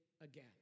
again